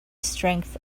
strength